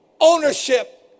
ownership